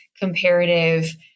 comparative